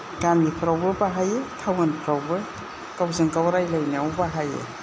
गामिफ्रावबो बाहायो थावनफ्रावबो गावजों गाव रायलायनायाव बाहायो